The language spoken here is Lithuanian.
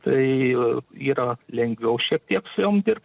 tai yra lengviau šiek tiek su jom dirbt